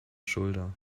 shoulder